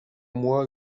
moi